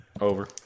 Over